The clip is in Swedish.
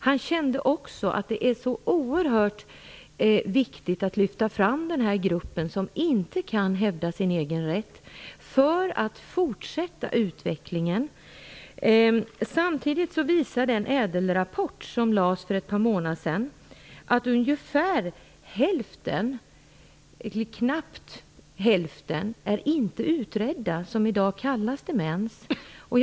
Han kände också att det är oerhört viktigt att lyfta fram denna grupp som inte kan hävda sin egen rätt för att fortsätta utvecklingen. Samtidigt visar den ÄDEL-rapport som lades för ett par månader sedan att ungefär hälften, eller knappt hälften, av de fall som i dag kallas demens inte är utredda.